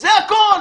זה הכול.